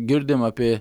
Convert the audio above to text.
girdim apie